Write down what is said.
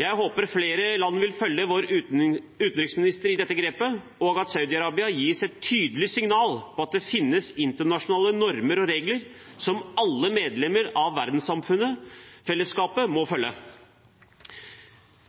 Jeg håper flere land vil følge vår utenriksminister i dette grepet, og at Saudi-Arabia gis et tydelig signal om at det finnes internasjonaler normer og regler som alle medlemmer av verdenssamfunnet – fellesskapet – må følge.